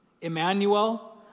Emmanuel